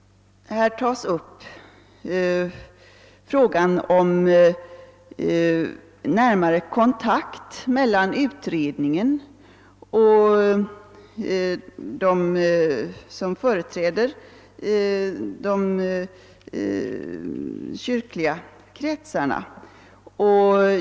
Frågan om närmare kontakt mellan utredningen och dem som företräder de kyrkliga kretsarna har tagits upp här.